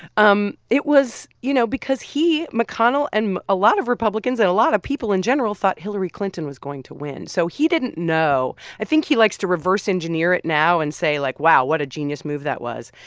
um it was you know, because he mcconnell and a lot of republicans and a lot of people in general thought hillary clinton was going to win. so he didn't know. i think he likes to reverse engineer it now and say, like, wow, what a genius move that was.